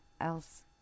else